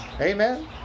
Amen